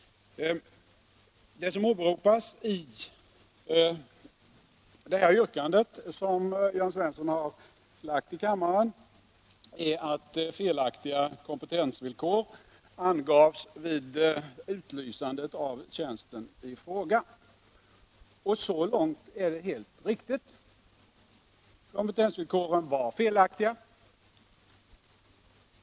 Vad som åberopas i det av herr Jörn Svensson i kammaren framställda yrkandet är att felaktiga kompetensvillkor angavs vid utlysande av tjänsten i fråga. Så långt är det helt riktigt. Kompetensvillkoren var felaktiga.